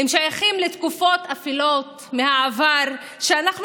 הם שייכים לתקופות אפלות מהעבר שאנחנו